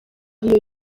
ariyo